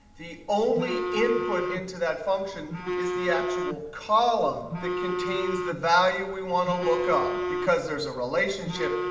the only input into that function is the actual column that contains the value we want to look up. because there's a relationship,